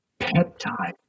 peptide